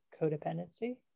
codependency